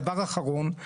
דבר אחרון,